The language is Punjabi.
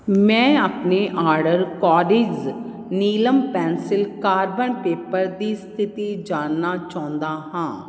ਮੈਂ ਆਪਣੇ ਆਰਡਰ ਕੌਰਿਜ਼ ਨੀਲਮ ਪੈਨਸਿਲ ਕਾਰਬਨ ਪੇਪਰ ਦੀ ਸਥਿਤੀ ਜਾਣਨਾ ਚਾਹੁੰਦਾ ਹਾਂ